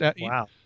Wow